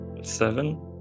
Seven